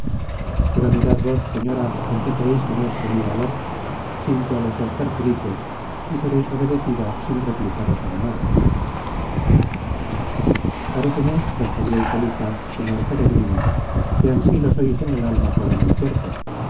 pero mirad vos señora en qué quereis que muestre mi valor sin que á los dos perjudique y seréis obedecida sin replicaros en nada paréceme respondió hipólita señor peregrino que ansí lo sois en el alma como en el cuerpo